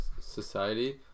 society